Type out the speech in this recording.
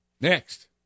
next